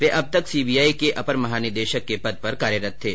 वे अब तक C B I के अपर महानिदेशक के पद पर कार्यरत थे